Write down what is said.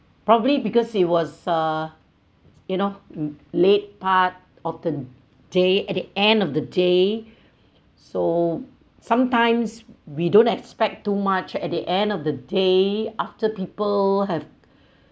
probably because it was uh you know late part of the day at the end of the day so sometimes we don't expect too much at the end of the day after people have